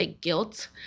guilt